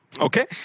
Okay